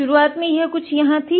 शुरुआत में यह कुछ यहाँ थी